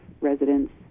residents